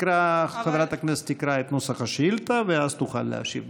חברת הכנסת תקרא את נוסח השאילתה ואז תוכל להשיב.